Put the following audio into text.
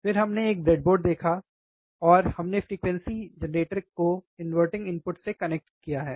फिर हमने एक ब्रेडबोर्ड देखा और हमने फ्रीक्वेंसी जेनरेटर को इन्वर्टिंग इनपुट से कनेक्ट किया है